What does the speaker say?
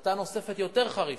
החלטה נוספת, יותר חריפה,